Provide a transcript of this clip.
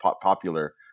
popular